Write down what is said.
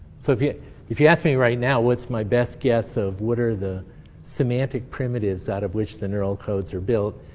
so if yeah if you ask me right now, what's my best guess of what are the semantic primitives out of which the neural codes are built,